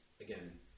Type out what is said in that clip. again